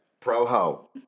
Pro-ho